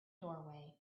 doorway